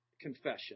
confession